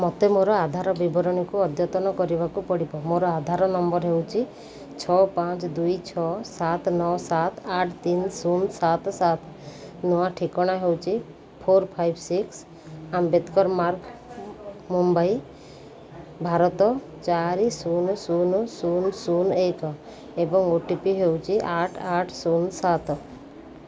ମୋତେ ମୋର ଆଧାର ବିବରଣୀକୁ ଅଦ୍ୟତନ କରିବାକୁ ପଡ଼ିବ ମୋର ଆଧାର ନମ୍ବର ହେଉଛି ଛଅ ପାଞ୍ଚ ଦୁଇ ଛଅ ସାତ ନଅ ସାତ ଆଠ ତିନି ଶୂନ ସାତ ସାତ ନୂଆ ଠିକଣା ହେଉଛି four five six Ambedkar Marg Mumbai Bharat ଚାରି ଶୂନ ଶୂନ ଶୂନ ଶୂନ ଏକ ଏବଂ ଓ ଟି ପି ହେଉଛି ଆଠ ଆଠ ଶୂନ ସାତ